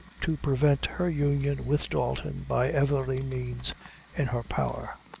to prevent her union with dalton by every means in her power.